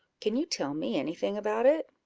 can you tell me any thing about it?